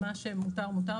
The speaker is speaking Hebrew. מה שמותר מותר,